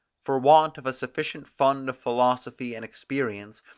for want of a sufficient fund of philosophy and experience,